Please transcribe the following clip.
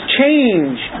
change